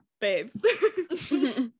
babes